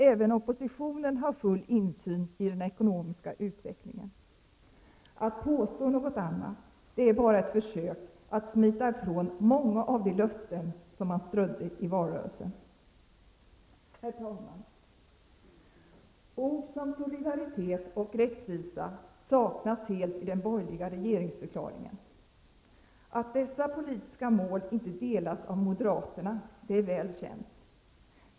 Även oppositionen har full insyn i den ekonomiska utvecklingen. Att påstå något annat är bara ett försök att smita ifrån många av de löften man strödde i valrörelsen. Herr talman! Ord som solidaritet och rättvisa saknas helt i den borgerliga regeringsförklaringen. Att dessa politiska mål inte delas av moderaterna är väl känt.